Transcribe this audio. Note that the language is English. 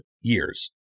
years